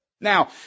Now